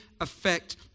effect